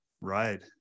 Right